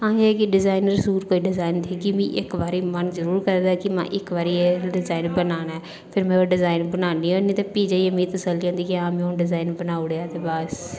असेंगी designer suit कोई design कि के मिगी इक बारी मन जरूर करदा कि में इक बारी एह् डिजाइन बनाना ऐ फिर में ओह् डिजाइन बनानी होन्नी ते फ्ही जाइये मिगी तसल्ली होंदी कि हां हून में डिजाइन बनाई ओड़ेआ ते बस